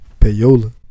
Payola